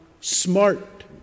Smart